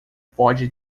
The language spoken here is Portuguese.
pode